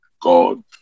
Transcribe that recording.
God